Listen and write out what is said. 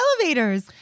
elevators